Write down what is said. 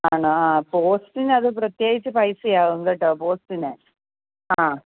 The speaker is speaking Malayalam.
ആണോ ആ പോസ്റ്റിന് അത് പ്രത്യേകിച്ച് പൈസയാകും കേട്ടോ പോസ്റ്റിന് ആ